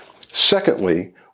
Secondly